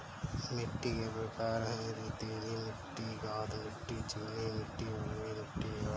मिट्टी के प्रकार हैं, रेतीली मिट्टी, गाद मिट्टी, चिकनी मिट्टी, बलुई मिट्टी अदि